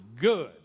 good